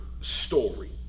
story